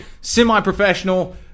semi-professional